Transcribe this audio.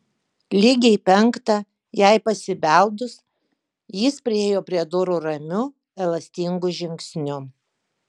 lygiai penktą jai pasibeldus jis priėjo prie durų ramiu elastingu žingsniu